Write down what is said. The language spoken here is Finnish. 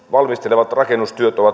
valmistelevat rakennustyöt